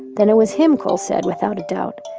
then it was him, cole said, without a doubt.